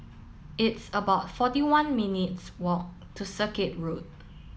it's about forty one minutes' walk to Circuit Road